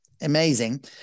Amazing